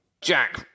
jack